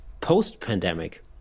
post-pandemic